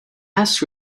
asked